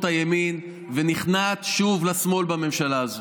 הימין ונכנעת שוב לשמאל בממשלה הזו.